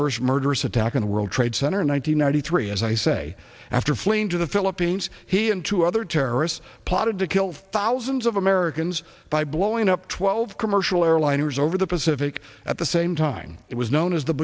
first murderous attack on the world trade center in one nine hundred ninety three as i say after fleeing to the philippines he and two other terrorists plotted to kill thousands of americans by blowing up twelve commercial airliners over the pacific at the same time it was known as the